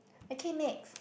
okay next